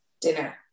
dinner